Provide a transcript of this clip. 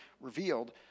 revealed